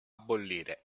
bollire